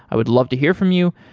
i would love to hear from you.